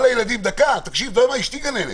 אשתי גננת,